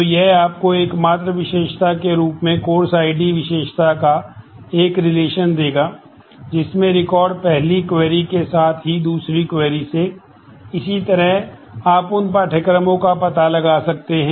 तो यह पहली क्वेरी देता है